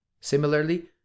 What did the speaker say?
Similarly